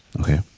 Okay